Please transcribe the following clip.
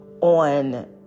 on